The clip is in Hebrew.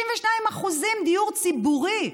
32% דיור ציבורי.